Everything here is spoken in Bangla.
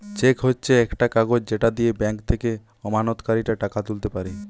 চেক হচ্ছে একটা কাগজ যেটা দিয়ে ব্যাংক থেকে আমানতকারীরা টাকা তুলতে পারে